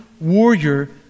warrior